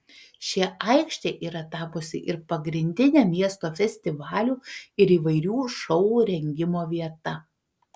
ši aikštė yra tapusi ir pagrindine miesto festivalių ir įvairių šou rengimo vieta